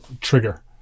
trigger